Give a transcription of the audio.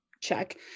check